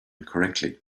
correctly